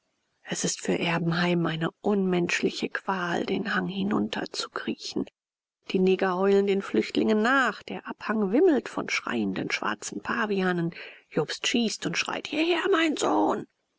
es ist für erbenheim eine unmenschliche qual den hang hinunterzukriechen die neger heulen den flüchtlingen nach der abhang wimmelt von schreienden schwarzen pavianen jobst schießt und schreit hierher mein sohn